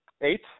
Eight